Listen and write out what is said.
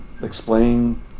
explain